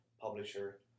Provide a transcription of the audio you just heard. publisher